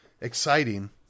exciting